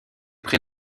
près